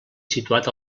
situat